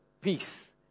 peace